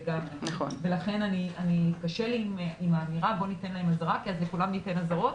לכן קשה לי עם האמירה שניתן להם אזהרה כי אז לכולם ניתן אזהרות,